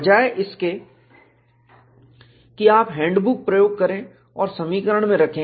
बजाय इसके कि आप हैंडबुक प्रयोग करें और समीकरण में रखें